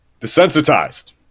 Desensitized